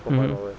mmhmm